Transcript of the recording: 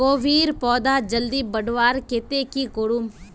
कोबीर पौधा जल्दी बढ़वार केते की करूम?